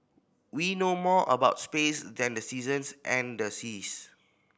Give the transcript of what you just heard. we know more about space than the seasons and the seas